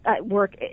work